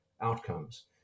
outcomes